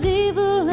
evil